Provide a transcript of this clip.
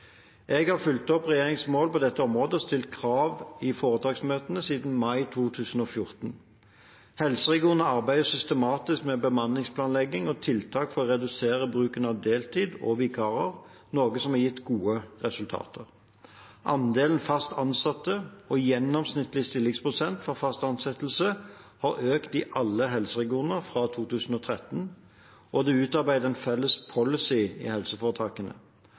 Jeg har fulgt opp regjeringens mål på dette området og stilt krav i foretaksmøtene siden mai 2014. Helseregionene arbeider systematisk med bemanningsplanlegging og tiltak for å redusere bruken av deltid og vikarer, noe som har gitt gode resultater. Andelen fast ansatte og gjennomsnittlig stillingsprosent for fast ansatte har økt i alle helseregioner fra 2013, og det er utarbeidet felles policy i helseforetakene.